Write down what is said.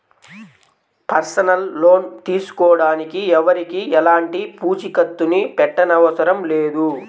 personal loan తీసుకోడానికి ఎవరికీ ఎలాంటి పూచీకత్తుని పెట్టనవసరం లేదు